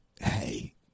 hey